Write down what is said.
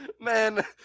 man